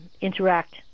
interact